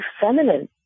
feminine